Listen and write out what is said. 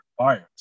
requires